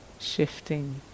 shifting